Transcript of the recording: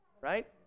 right